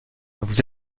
vous